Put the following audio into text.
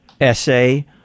essay